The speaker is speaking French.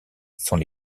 sont